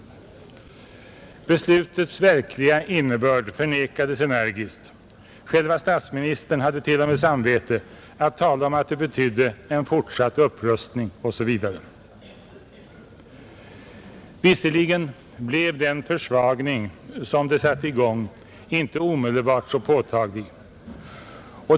Beslutets verkliga innebörd förnekades energiskt. Själve statsministern hade t.o.m. samvete att tala om att det betydde en fortsatt upprustning osv. Visserligen blev den försvagning som det satte i gång inte omedelbart så påtaglig.